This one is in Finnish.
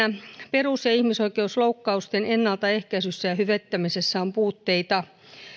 perus ja ihmisoikeusloukkausten ennaltaehkäisyssä ja hyvittämisessä on puutteita